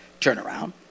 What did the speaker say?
turnaround